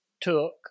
took